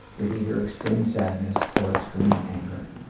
with either extreme sadness or extreme anger.